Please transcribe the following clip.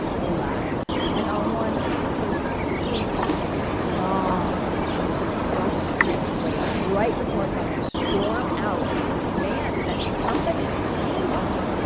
a lot and on one particularly long and frustrating wait right before it's about to storm out and demand that somebody see me,